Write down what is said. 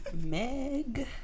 Meg